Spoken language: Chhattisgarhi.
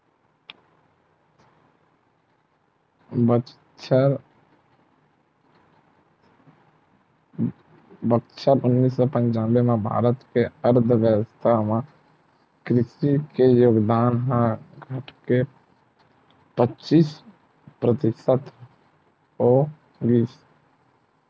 बछर उन्नीस सौ पंचानबे म भारत के अर्थबेवस्था म कृषि के योगदान ह घटके पचीस परतिसत हो गिस